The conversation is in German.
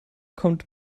kommt